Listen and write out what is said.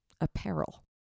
apparel